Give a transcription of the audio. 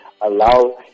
allow